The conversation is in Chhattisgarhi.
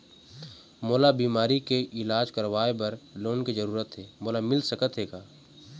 मोला बीमारी के इलाज करवाए बर लोन के जरूरत हे मोला मिल सकत हे का?